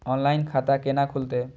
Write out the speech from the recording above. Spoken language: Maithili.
ऑनलाइन खाता केना खुलते?